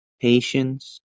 patience